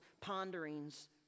ponderings